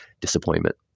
disappointment